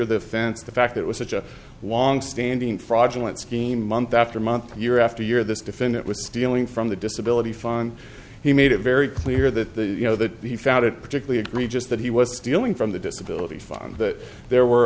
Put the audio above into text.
of the fence the fact it was such a long standing fraudulent scheme month after month year after year this defendant was stealing from the disability fine he made it very clear that you know that he found it particularly egregious that he was stealing from the disability fun that there were